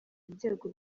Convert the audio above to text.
ibyago